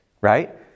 right